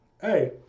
Hey